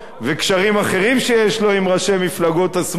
וקשרים אחרים שיש לו עם ראשי מפלגות השמאל.